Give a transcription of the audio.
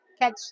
catch